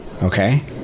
Okay